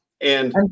And-